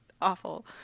awful